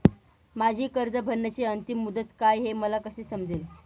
माझी कर्ज भरण्याची अंतिम मुदत काय, हे मला कसे समजेल?